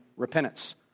Repentance